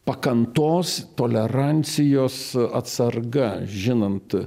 pakantos tolerancijos atsarga žinant